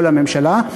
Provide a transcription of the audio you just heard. כל הממשלה.